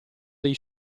dei